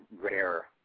rare